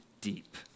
deep